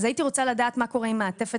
הייתי רוצה לדעת מה קורה עם מעטפת